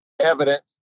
evidence